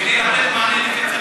כדי לתת מענה לזה צריך ועדת חקירה.